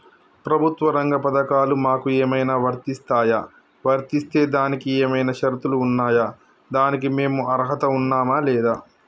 ప్రభుత్వ రంగ పథకాలు మాకు ఏమైనా వర్తిస్తాయా? వర్తిస్తే దానికి ఏమైనా షరతులు ఉన్నాయా? దానికి మేము అర్హత ఉన్నామా లేదా?